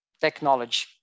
technology